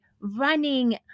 running